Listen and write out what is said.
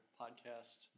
podcast